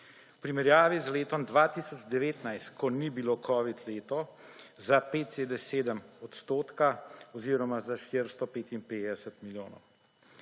v primerjavi z letom 2019, ko ni bilo covid leto, za 5,7 odstotka oziroma za 455 milijonov.